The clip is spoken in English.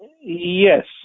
Yes